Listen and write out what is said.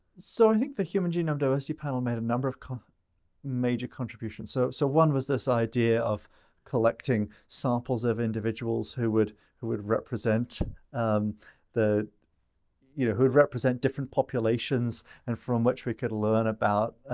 so, i think the human genome diversity panel made a number of um major contributions. so so, one was this idea of collecting samples of individuals who would who would represent um you know who would represent different populations and from which we could learn about,